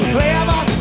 Clever